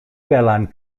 belan